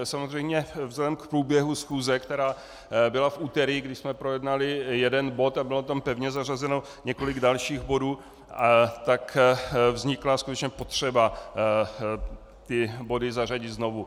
Samozřejmě vzhledem k průběhu schůze, která byla v úterý, kdy jsme projednali jeden bod a bylo tam pevně zařazeno několik dalších bodů, tak vznikla skutečně potřeba ty body zařadit znovu.